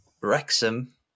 Wrexham